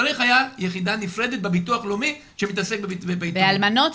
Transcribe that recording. צריך היה יחידה נפרדת בביטוח לאומי שמתעסקת ביתומים.